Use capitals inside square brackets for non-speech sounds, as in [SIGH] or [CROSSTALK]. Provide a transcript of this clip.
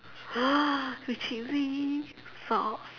[NOISE] with cheesy sauce